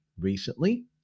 recently